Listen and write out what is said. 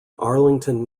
arlington